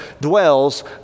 dwells